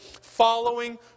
following